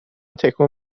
تکون